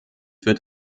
wird